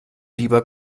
lieber